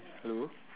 hello